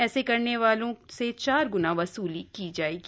ऐसा करने वालों से चार ग्ना वसूली की जाएगी